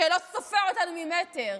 שלא סופר אותנו ממטר,